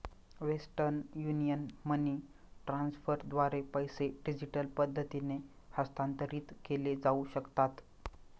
western Union money ट्रान्स्फरद्वारे पैसे digital पद्धतीने हस्तांतरित केले जाऊ शकतात